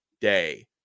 day